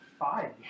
five